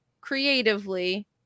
creatively